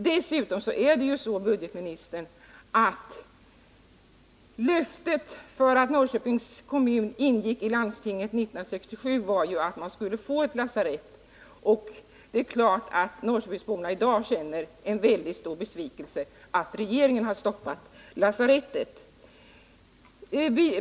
Dessutom, budgetministern, var förutsättningen för att Norrköpings kommun skulle ingå i landstinget 1967 att man skulle få ett lasarett. Det är klart att Norrköpingsborna i dag känner en mycket stor besvikelse över att regeringen har stoppat lasarettsbygget.